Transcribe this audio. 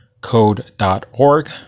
code.org